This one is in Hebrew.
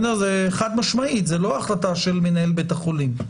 זה חד-משמעית, זו לא החלטה של מנהל בית החולים.